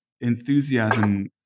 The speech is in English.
enthusiasm